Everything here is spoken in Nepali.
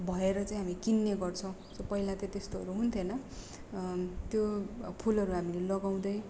भएर चाहिँ हामी किन्ने गर्छौँ पहिला त त्यस्तोहरू हुन्थेन त्यो फुलहरू हामीले लगाउँदै